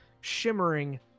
shimmering